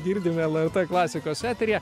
girdime lrt klasikos eteryje